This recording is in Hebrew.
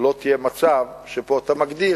לא יהיה מצב שפה אתה מגדיר,